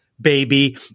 baby